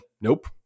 nope